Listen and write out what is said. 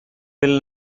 will